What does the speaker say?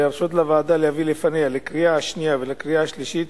להרשות לוועדה להביא לפניה לקריאה שנייה ולקריאה שלישית